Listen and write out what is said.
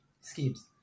schemes